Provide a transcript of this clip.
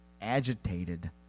agitated